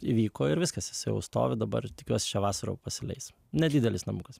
įvyko ir viskas jisai jau stovi dabar tikiuosi šią vasarą pasileis nedidelis namukas